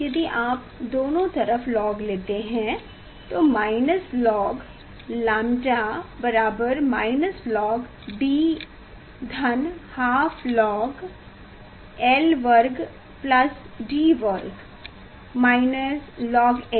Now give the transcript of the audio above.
यदि आप दोनों तरफ लॉग लेते हैं तो माइनस लॉग लैंबड़ा बराबर माइनस लॉग d धन हाफ लॉग l वर्ग प्लस D वर्ग माइनस लॉग l